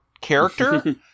character